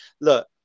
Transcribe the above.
look